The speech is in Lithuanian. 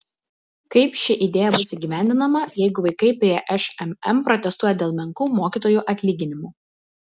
kaip ši idėja bus įgyvendinama jeigu vaikai prie šmm protestuoja dėl menkų mokytojų atlyginimų